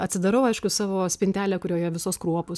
atsidarau aišku savo spintelę kurioje visos kruopų